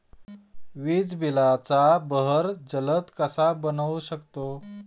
बिजलीचा बहर जलद कसा बनवू शकतो?